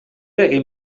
egin